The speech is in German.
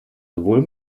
sowohl